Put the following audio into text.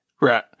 right